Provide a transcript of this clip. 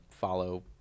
follow